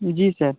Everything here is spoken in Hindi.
जी सर